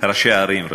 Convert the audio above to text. ראשי ערים.